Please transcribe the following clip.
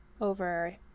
over